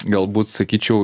galbūt sakyčiau